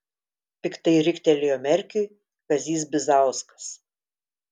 piktai riktelėjo merkiui kazys bizauskas